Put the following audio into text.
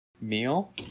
meal